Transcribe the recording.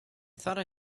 thought